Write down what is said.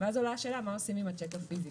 ואז עולה השאלה מה עושים עם השיק הפיזי,